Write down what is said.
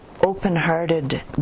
open-hearted